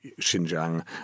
Xinjiang